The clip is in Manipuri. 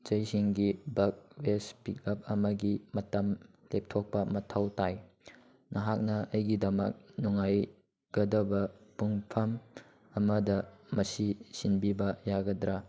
ꯆꯩꯁꯤꯡꯒꯤ ꯕꯛ ꯋꯦꯁ ꯄꯤꯛꯀꯞ ꯑꯃꯒꯤ ꯃꯇꯝ ꯂꯦꯞꯊꯣꯛꯄ ꯃꯊꯧ ꯇꯥꯏ ꯅꯍꯥꯛꯅ ꯑꯩꯒꯤꯗꯃꯛ ꯅꯨꯡꯉꯥꯏꯒꯗꯕ ꯄꯨꯡꯐꯝ ꯑꯃꯗ ꯃꯁꯤ ꯁꯤꯟꯕꯤꯕ ꯌꯥꯒꯗ꯭ꯔꯥ